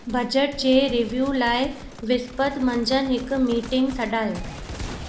budget जे review लाइ विस्पत मंझंदि हिकु मीटिंग सॾायो